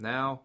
Now